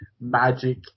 magic